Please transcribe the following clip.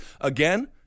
Again